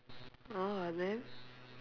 orh then